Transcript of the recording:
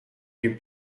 più